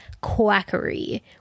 quackery